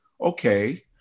okay